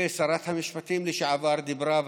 ושרת המשפטים לשעבר דיברה,